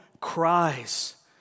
cries